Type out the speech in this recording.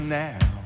now